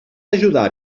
ajudar